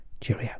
cheerio